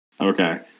Okay